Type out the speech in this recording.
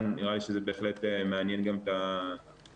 נראה לי שזה בהחלט מעניין גם את הסובבים